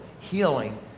healing